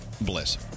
bliss